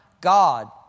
God